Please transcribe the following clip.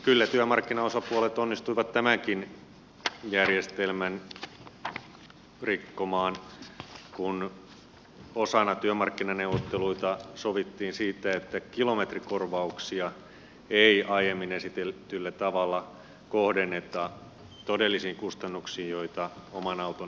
kyllä työmarkkinaosapuolet onnistuivat tämänkin järjestelmän rikkomaan kun osana työmarkkinaneuvotteluita sovittiin siitä että kilometrikorvauksia ei aiemmin esitetyllä tavalla kohdenneta todellisiin kustannuksiin joita oman auton käytöstä aiheutuu